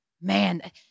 man